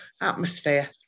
atmosphere